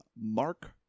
Mark